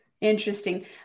Interesting